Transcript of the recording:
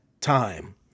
time